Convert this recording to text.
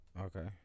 Okay